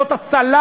זאת הצלה.